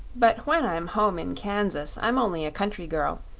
but when i'm home in kansas i'm only a country girl,